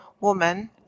woman